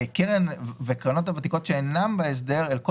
הקרנות הוותיקות שאינן בהסדר הן כל